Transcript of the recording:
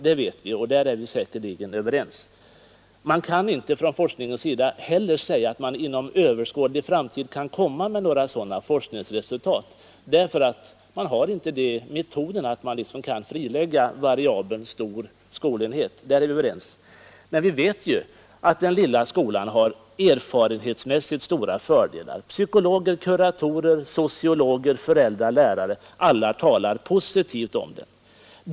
På den punkten är vi säkerligen överens. Man kan heller inte från forskningens sida säga att man inom överskådlig framtid kan komma med sådana forskningsresultat. Man har inte någon metod som gör att man kan frilägga variabeln stor skolenhet. Däremot vet vi erfarenhetsmässigt att den lilla skolan har stora fördelar. Psykologer, kuratorer, sociologer, föräldrar och lärare — alla talar positivt om den.